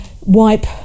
wipe